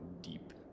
deep